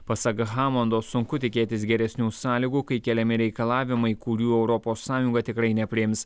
pasak hamondo sunku tikėtis geresnių sąlygų kai keliami reikalavimai kurių europos sąjunga tikrai nepriims